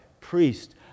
priest